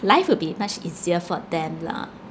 life will be much easier for them lah